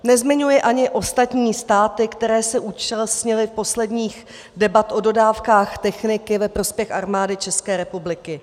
Nezmiňuji ani ostatní státy, které se účastnily posledních debat o dodávkách techniky ve prospěch Armády České republiky.